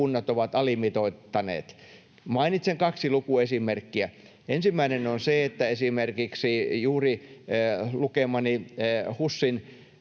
kunnat ovat alimitoittaneet. Mainitsen kaksi lukuesimerkkiä. Ensimmäinen on se, että esimerkiksi juuri lukemani HUSin